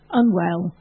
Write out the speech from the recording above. unwell